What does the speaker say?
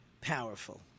powerful